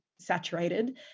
saturated